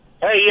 Hey